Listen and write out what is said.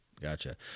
Gotcha